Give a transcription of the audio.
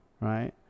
right